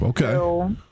Okay